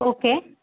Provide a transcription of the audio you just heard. okay